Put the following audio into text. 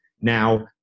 Now